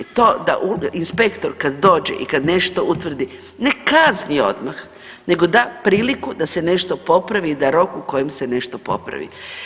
To da inspektor kad dođe i kad nešto utvrdi ne kazni odmah, nego da priliku da se nešto popravi i da rok u kojem se nešto popravi.